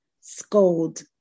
scold